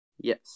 Yes